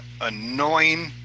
annoying